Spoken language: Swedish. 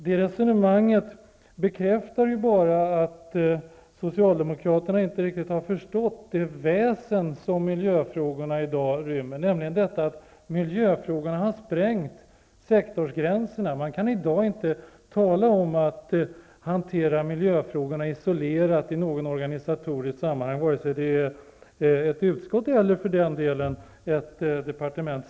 Det resonemanget bekräftar bara att Socialdemokraterna inte riktigt har förstått det väsen som miljöfrågorna i dag rymmer. Miljöfrågorna har sprängt sektorsgränserna. Vi kan i dag inte tala om att hantera miljöfrågorna isolerat i något organisatioriskt sammanhang vare sig det är fråga om ett utskott eller för den delen ett departement.